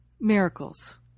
miracles